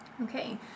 Okay